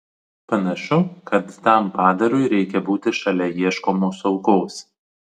panašu kad tam padarui reikia būti šalia ieškomos aukos